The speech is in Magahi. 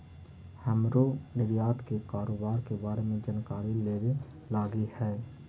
हमरो निर्यात के कारोबार के बारे में जानकारी लेबे लागी हई